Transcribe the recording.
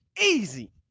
easy